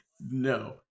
No